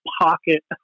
pocket